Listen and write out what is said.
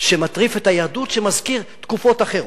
שמטריף את היהדות שמזכיר תקופות אחרות?